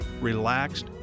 relaxed